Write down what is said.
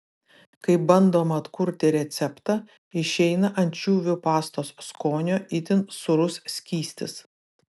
kai bandoma atkurti receptą išeina ančiuvių pastos skonio itin sūrus skystis